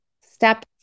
Step